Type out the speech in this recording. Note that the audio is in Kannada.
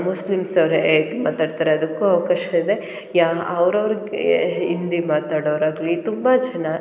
ಮುಸ್ಲಿಮ್ಸ್ ಅವ್ರು ಹೇಗ್ ಮಾತಾಡ್ತಾರೆ ಅದಕ್ಕೂ ವಕಾಶ ಇದೆ ಯಾ ಅವ್ರು ಅವ್ರಿಗೆ ಹಿಂದಿ ಮಾತಾಡೋರು ಆಗಲಿ ತುಂಬ ಜನ